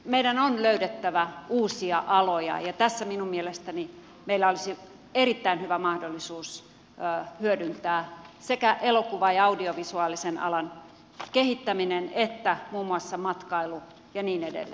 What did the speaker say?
meidän on löydettävä uusia aloja ja tässä minun mielestäni meillä olisi erittäin hyvä mahdollisuus hyödyntää sekä elokuva ja audiovisuaalisen alan kehittäminen että muun muassa matkailu ja niin edelleen